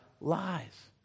lies